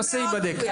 הנושא ייבדק.